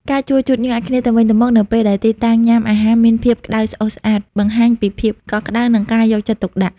ការជួយជូតញើសឱ្យគ្នាទៅវិញទៅមក នៅពេលដែលទីតាំងញ៉ាំអាហារមានភាពក្ដៅស្អុះស្អាប់ បង្ហាញពីភាពកក់ក្ដៅ និងការយកចិត្តទុកដាក់។